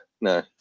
no